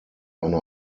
eine